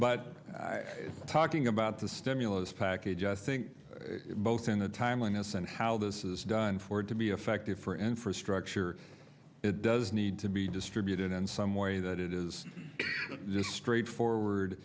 but talking about the stimulus package i think both in the timeliness and how this is done for it to be effective for infrastructure it does need to be distributed in some way that is just straightforward